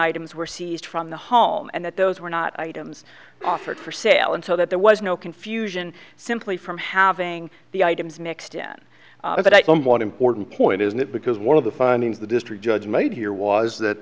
items were seized from the home and that those were not items offered for sale and so that there was no confusion simply from having the items mixed in but i am one important point isn't it because one of the findings the district judge made here was that